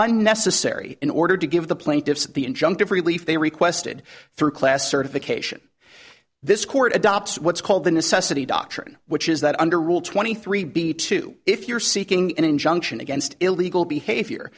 unnecessary in order to give the plaintiffs the injunctive relief they requested through class certification this court adopts what's called the necessity doctrine which is that under rule twenty three b two if you're seeking an injunction against illegal behavior